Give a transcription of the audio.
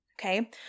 okay